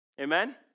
Amen